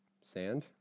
Sand